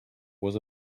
was